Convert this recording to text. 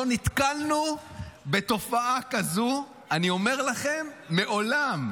לא נתקלנו בתופעה כזו, אני אומר לכם, מעולם.